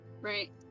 Right